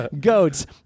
goats